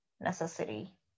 necessity